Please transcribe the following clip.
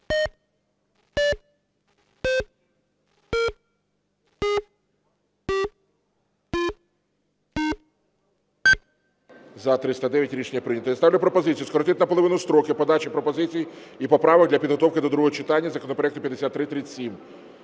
За-309 Рішення прийнято. Я ставлю пропозицію скоротити наполовину строки подачі пропозицій і поправок для підготовки до другого читання законопроекту 5337.